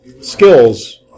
skills